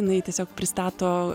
jinai tiesiog pristato